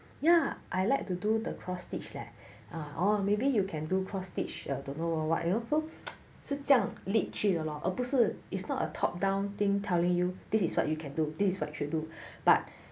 ya I like to do the cross stitch leh oh or maybe you can do cross stitch or don't know know what so 是这样 lead 去的 lor 而不是 it's not a talk down thing telling you this is what you can do this by should do but